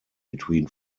between